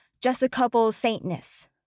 just-a-couple-saintness